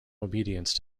obedience